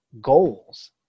goals